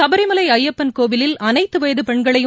சபரிமலை ஐயப்பன் கோவிலில் அனைத்து வயது பெண்களையும்